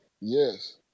Yes